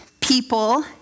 people